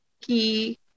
key